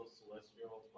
celestial